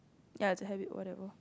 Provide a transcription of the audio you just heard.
ya to have it whatever